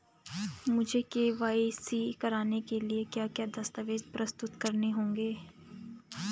मुझे के.वाई.सी कराने के लिए क्या क्या दस्तावेज़ प्रस्तुत करने होंगे?